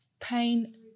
pain